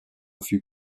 fut